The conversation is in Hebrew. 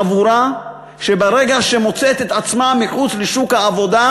חבורה שברגע שהיא מוצאת את עצמה מחוץ לשוק העבודה,